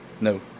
No